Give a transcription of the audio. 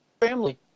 family